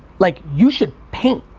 like you should paint,